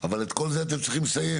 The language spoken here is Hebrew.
אבל את כל זה אתם צריכים לסיים.